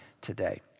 today